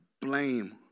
blame